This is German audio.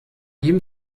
ihm